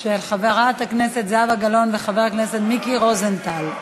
של חברת הכנסת זהבה גלאון וחבר הכנסת מיקי רוזנטל.